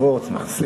אבי וורצמן,